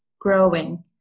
growing